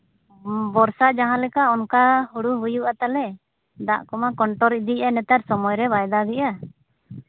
ᱵᱚᱨᱥᱟ ᱡᱟᱦᱟᱸ ᱞᱮᱠᱟ ᱚᱱᱠᱟ ᱦᱳᱲᱳ ᱦᱩᱭᱩᱜᱼᱟ ᱛᱟᱞᱮ ᱫᱟᱜ ᱠᱚᱢᱟ ᱠᱚᱱᱴᱳᱞ ᱤᱫᱤᱭᱮᱜᱼᱟ ᱱᱮᱛᱟᱨ ᱥᱚᱢᱚᱭ ᱨᱮ ᱵᱟᱭ ᱫᱟᱜ ᱮᱜᱼᱟ